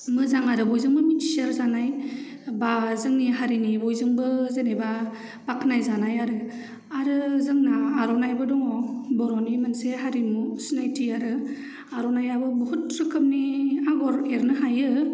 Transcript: मोजां आरो बयजोंबो मिथिसार जानाय बा जोंनि हारिनि बयजोंबो जेनेबा बाखनाय जानाय आरो आरो जोंना आर'नाय बो दङ बर'नि मोनसे हारिमु सिनायथि आरो आर'नायाबो बहुत रोखोमनि आगर एरनो हायो